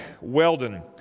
Weldon